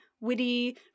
witty